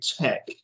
tech